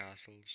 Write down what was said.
castles